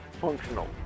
functional